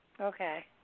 Okay